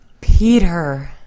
Peter